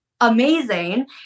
amazing